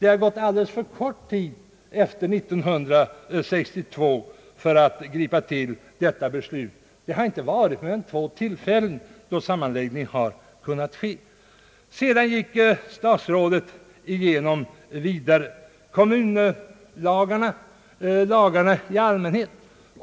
Det har gått alldeles för kort tid sedan 1962 för att vi skall kunna fatta dessa beslut. Sammanläggning har inte kunnat ske vid mer än två tillfällen. Vidare gick statsrådet igenom kommunlagarna och lagar i allmänhet.